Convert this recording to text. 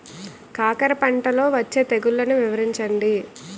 కాకర పంటలో వచ్చే తెగుళ్లను వివరించండి?